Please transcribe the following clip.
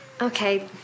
Okay